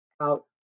out